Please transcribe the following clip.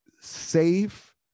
safe